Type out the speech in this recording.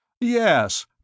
Yes